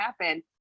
happen